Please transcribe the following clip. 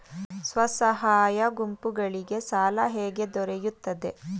ಸ್ವಸಹಾಯ ಗುಂಪುಗಳಿಗೆ ಸಾಲ ಹೇಗೆ ದೊರೆಯುತ್ತದೆ?